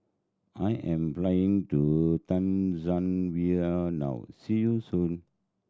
I am flying to Tanzania now see you soon